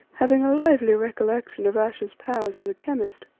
having a lively recollection of ayesha's powers as a chemist.